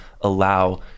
allow